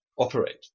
operate